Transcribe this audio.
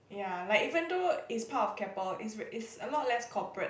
ya like even though it's part of Keppel it's it's a lot less corporate